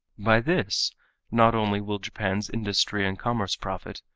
by this not only will japan's industry and commerce profit,